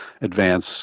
advance